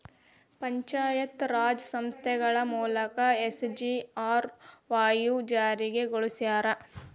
ಪಂಚಾಯತ್ ರಾಜ್ ಸಂಸ್ಥೆಗಳ ಮೂಲಕ ಎಸ್.ಜಿ.ಆರ್.ವಾಯ್ ಜಾರಿಗೊಳಸ್ಯಾರ